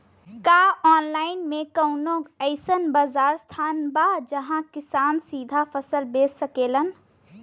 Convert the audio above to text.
का आनलाइन मे कौनो अइसन बाजार स्थान बा जहाँ किसान सीधा फसल बेच सकेलन?